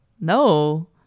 no